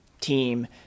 team